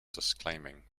disclaiming